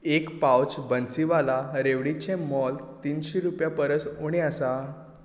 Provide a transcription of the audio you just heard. एक पाउच बन्सीवाला रेवडीचें मोल तीनशीं रुपयां परस उणें आसा